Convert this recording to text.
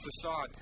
facade